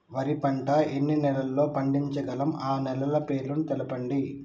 వరి పంట ఎన్ని నెలల్లో పండించగలం ఆ నెలల పేర్లను తెలుపండి?